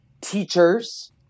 teachers